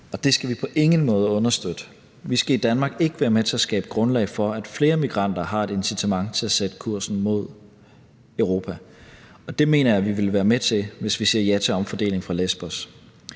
det skal vi på ingen måde understøtte. Vi skal i Danmark ikke være med til at skabe grundlag for, at flere migranter har et incitament til at sætte kursen mod Europa, og det mener jeg at vi vil være med til, hvis vi siger ja til omfordeling fra Lesbos.